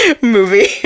movie